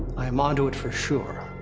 i am onto it for sure.